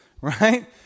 Right